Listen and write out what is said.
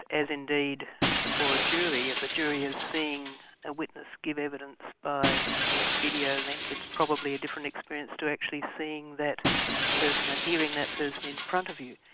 as indeed for a jury. if a jury is seeing a witness give evidence by videolink it's probably a different experience to actually seeing that person and hearing that person in front of you.